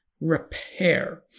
repair